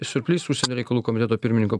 surplys užsienio reikalų komiteto pirmininko